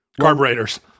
carburetors